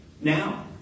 now